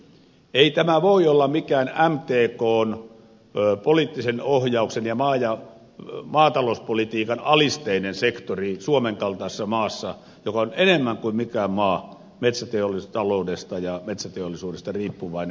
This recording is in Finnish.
ei tämä voi olla mikään mtkn poliittisen ohjauksen ja maatalouspolitiikan alisteinen sektori suomen kaltaisessa maassa joka enemmän kuin mikään maa on metsätaloudesta ja metsäteollisuudesta riippuvainen